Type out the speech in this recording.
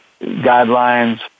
guidelines